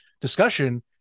discussion